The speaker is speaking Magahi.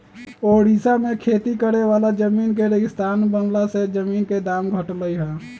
ओड़िशा में खेती करे वाला जमीन के रेगिस्तान बनला से जमीन के दाम घटलई ह